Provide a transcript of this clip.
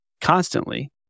constantly